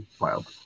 Wild